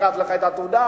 לקחת לך את התעודה,